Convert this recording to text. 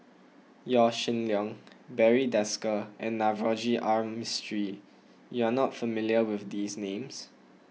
Yaw Shin Leong Barry Desker and Navroji R Mistri you are not familiar with these names